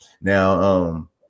Now